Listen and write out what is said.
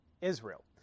Israel